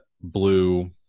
Blue